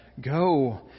Go